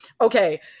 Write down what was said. okay